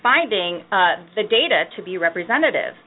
finding the data to be representative